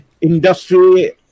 industry